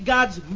God's